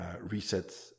reset